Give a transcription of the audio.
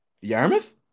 Yarmouth